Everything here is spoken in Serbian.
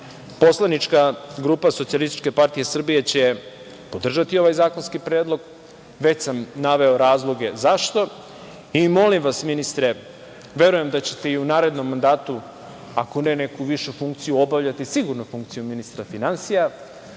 Poslanička grupa SPS će podržati ovaj zakonski predlog. Već sam naveo razloge zašto. Molim vas, ministre, verujem da ćete i u narednom mandatu, ako ne neku višu funkciju, obavljati sigurno funkciju ministra finansija,